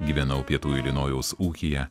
gyvenau pietų ilinojaus ūkyje